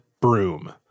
broom